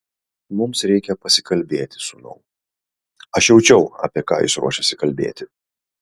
mums reikia pasikalbėti sūnau aš jaučiau apie ką jis ruošiasi kalbėti